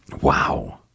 Wow